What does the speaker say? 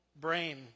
brain